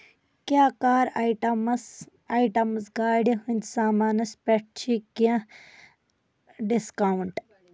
کیٛاہ کار items items گاڈِ ہِنٛدۍ سامانس پٮ۪ٹھ چھِ کینٛہہ ڈسکاونٹ